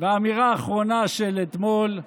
ואמירה אחרונה של אתמול,